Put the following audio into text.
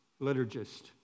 liturgist